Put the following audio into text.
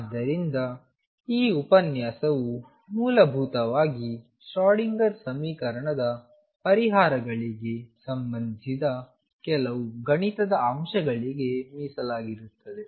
ಆದ್ದರಿಂದ ಈ ಉಪನ್ಯಾಸವು ಮೂಲಭೂತವಾಗಿ ಶ್ರೊಡಿಂಗರ್Schrödinger ಸಮೀಕರಣದ ಪರಿಹಾರಗಳಿಗೆ ಸಂಬಂಧಿಸಿದ ಕೆಲವು ಗಣಿತದ ಅಂಶಗಳಿಗೆ ಮೀಸಲಾಗಿರುತ್ತದೆ